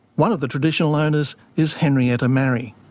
one of the traditional owners is henrietta marrie.